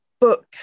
book